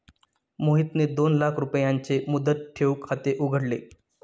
मोहितने दोन लाख रुपयांचे मुदत ठेव खाते उघडले